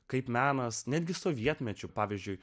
kaip menas netgi sovietmečiu pavyzdžiui